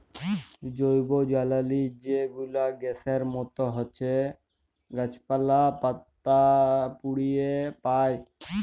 জৈবজ্বালালি যে গুলা গ্যাসের মত হছ্যে গাছপালা, পাতা পুড়িয়ে পায়